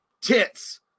tits